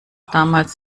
damals